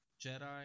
Jedi